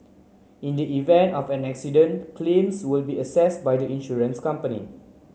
in the event of an accident claims will be assessed by the insurance company